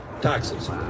taxes